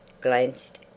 glanced